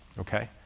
okay,